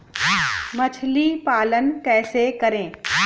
मछली पालन कैसे करें?